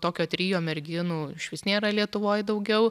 tokio trio merginų išvis nėra lietuvoj daugiau